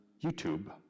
YouTube